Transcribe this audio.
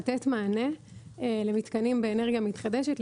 לתת מענה למתקנים באנרגיה מתחדשת,